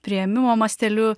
priėmimo masteliu